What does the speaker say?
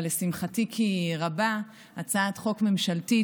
אבל לשמחתי כי רבה הצעת חוק ממשלתית,